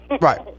right